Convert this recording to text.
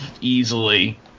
easily